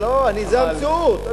זו המציאות.